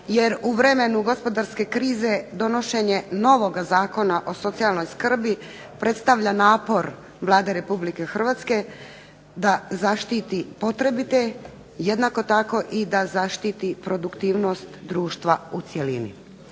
jer u vremenu gospodarske krize donošenje novoga Zakona o socijalnoj skrbi predstavlja napor Vlade RH da zaštiti potrebite jednako tako i da zaštiti produktivnost društva u cjelini.